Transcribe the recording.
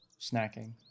snacking